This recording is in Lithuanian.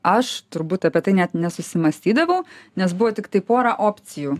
aš turbūt apie tai net nesusimąstydavau nes buvo tiktai pora opcijų